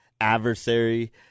adversary